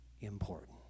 important